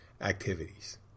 activities